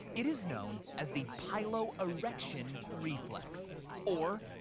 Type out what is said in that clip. it is known as the piloerection reflex or,